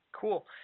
cool